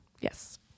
Yes